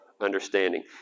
understanding